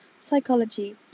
psychology